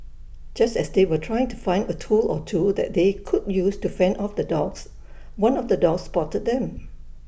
just as they were trying to find A tool or two that they could use to fend off the dogs one of the dogs spotted them